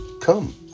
come